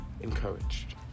Encouraged